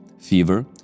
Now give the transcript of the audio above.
fever